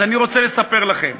אז אני רוצה לספר לכם: